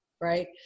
Right